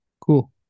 Cool